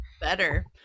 Better